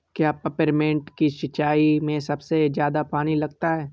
क्या पेपरमिंट की सिंचाई में सबसे ज्यादा पानी लगता है?